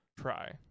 try